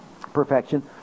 Perfection